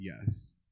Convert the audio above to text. Yes